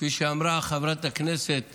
כפי שאמרה חברת הכנסת